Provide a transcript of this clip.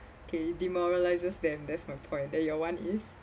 okay demoralizes them that's my point then your one is